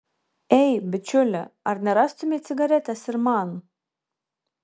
ei bičiuli ar nerastumei cigaretės ir man